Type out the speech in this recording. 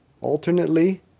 Alternately